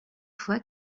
fois